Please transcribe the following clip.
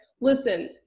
Listen